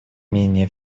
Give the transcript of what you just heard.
менее